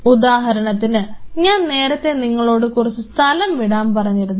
ഉദാഹരണത്തിന് ഞാൻ നേരത്തെ നിങ്ങളോട് കുറച്ചു സ്ഥലം വിടാൻ പറഞ്ഞിരുന്നു